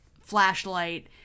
flashlight